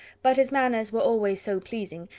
but his manners were always so pleasing,